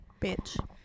bitch